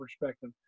perspective